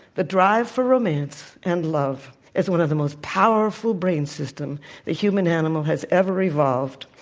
the drive for romance and love is one of the most powerful brain system the human animal has ever evolved.